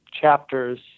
chapters